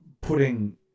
putting